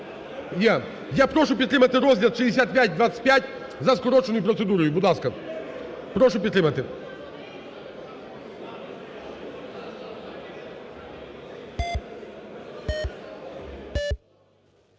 Я прошу підтримати розгляд (6525) за скороченою процедурою. Будь ласка, прошу підтримати.